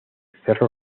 cerro